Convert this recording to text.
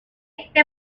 este